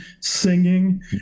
singing